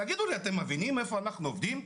אתם מבינים איפה אנחנו עובדים?